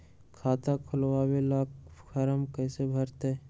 खाता खोलबाबे ला फरम कैसे भरतई?